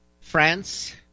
France